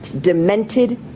demented